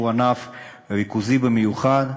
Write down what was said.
שהוא ענף ריכוזי במיוחד.